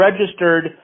registered